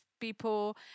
people